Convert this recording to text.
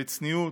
בצניעות,